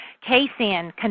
Casein